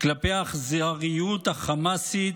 כלפי האכזריות החמאסית,